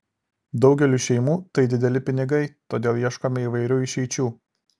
daugeliui šeimų tai dideli pinigai todėl ieškome įvairių išeičių